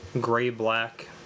gray-black